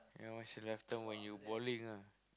ya when she left town when you balling ah